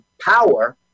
power